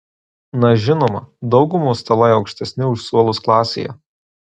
na žinoma daugumos stalai aukštesni už suolus klasėje